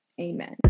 Amen